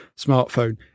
smartphone